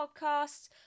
podcasts